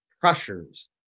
pressures